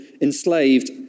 enslaved